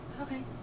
Okay